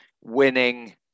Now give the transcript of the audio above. winning